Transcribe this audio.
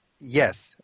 Yes